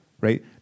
right